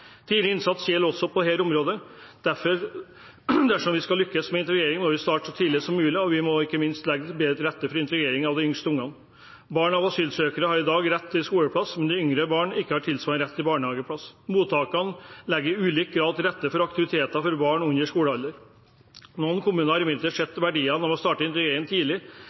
Tidlig innsats gjelder også på dette området. Dersom vi skal lykkes med integrering, må vi starte så tidlig som mulig. Ikke minst må vi legge bedre til rette for integrering av de yngste ungene. Barn av asylsøkere har i dag rett til skoleplass, men de yngre barna har ikke tilsvarende rett til barnehageplass. Mottakene legger i ulik grad til rette for aktiviteter for barn under skolealder. Noen kommuner har imidlertid sett verdien av å starte integreringen tidlig